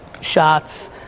shots